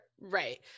right